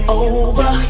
over